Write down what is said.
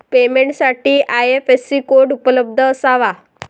पेमेंटसाठी IFSC code उपलब्ध असावा